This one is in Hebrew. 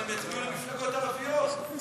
אבל הם יצביעו למפלגות ערביות.